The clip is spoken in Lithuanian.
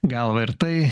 galvą ir tai